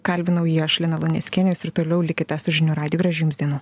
kalbinau jį aš lina luneckienė jūs ir toliau likite su žinių radiju gražių jums dienų